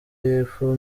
yepfo